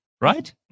right